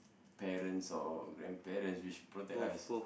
parents or grandparents which protect us